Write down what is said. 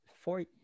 four